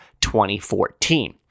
2014